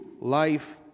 life